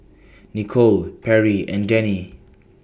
Nikole Perri and Dennie